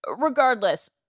Regardless